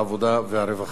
הרווחה והבריאות.